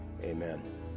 amen